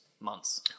Months